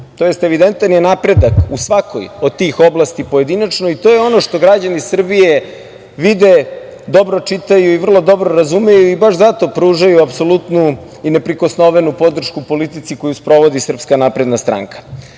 tj. evidentan je napredak u svakoj od tih oblasti pojedinačno i to je ono što građani Srbije vide, dobro čitaju i vrlo dobro razumeju i baš zato pružaju apsolutnu i neprikosnovenu podršku politici koju sprovodi SNS.Srpski odbrambeni